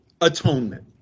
atonement